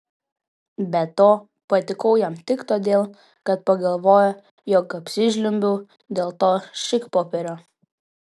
be to patikau jam tik todėl kad pagalvojo jog apsižliumbiau dėl to šikpopierio